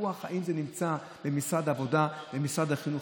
והוויכוח אם זה נמצא במשרד העבודה ומשרד החינוך,